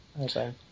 Okay